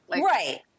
Right